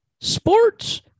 sports